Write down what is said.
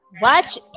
watch